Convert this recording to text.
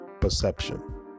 perception